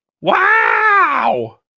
Wow